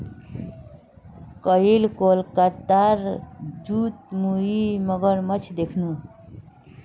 कईल कोलकातार जूत मुई मगरमच्छ दखनू